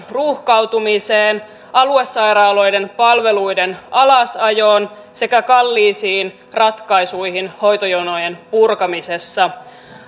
ruuhkautumiseen aluesairaaloiden palveluiden alasajoon sekä kalliisiin ratkaisuihin hoitojonojen purkamisessa